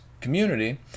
community